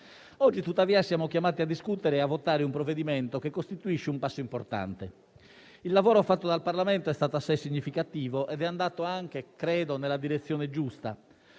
Oggi, tuttavia, siamo chiamati a discutere e a votare un provvedimento che costituisce un passo importante. Il lavoro fatto dal Parlamento è stato assai significativo ed è andato anche nella direzione giusta.